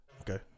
Okay